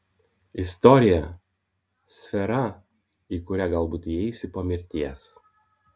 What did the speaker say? istorija sfera į kurią galbūt įeisi po mirties